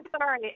sorry